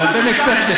ואתם הקפאתם.